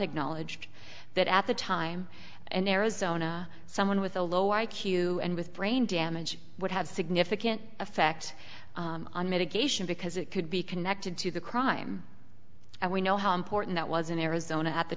acknowledged that at the time an arizona someone with a low i q and with brain damage would have significant effect on mitigation because it could be connected to the crime and we know how important that was in arizona at the